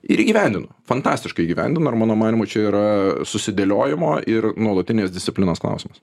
ir įgyvendino fantastiškai įgyvendino ir mano manymu čia yra susidėliojimo ir nuolatinės disciplinos klausimas